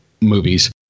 movies